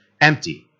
empty